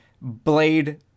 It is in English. Blade